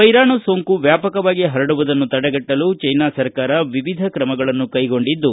ವೈರಾಣು ಸೋಂಕು ವ್ಯಾಪಕವಾಗಿ ಹರಡುವುದನ್ನು ತಡೆಗಟ್ಟಲು ಚೈನಾ ಸರ್ಕಾರ ವಿವಿಧ ಕ್ರಮಗಳನ್ನು ಕೈಗೊಂಡಿದ್ದು